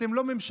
אתם לא ממשלה,